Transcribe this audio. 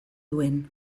duen